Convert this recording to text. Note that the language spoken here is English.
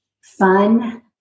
fun